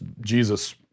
Jesus